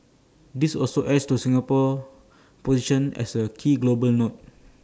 this also adds to Singapore's position as A key global node